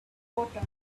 water